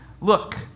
look